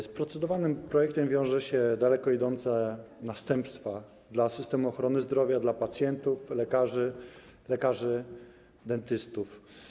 Z procedowanym projektem wiążą się daleko idące następstwa dla systemu ochrony zdrowia, dla pacjentów, lekarzy, lekarzy dentystów.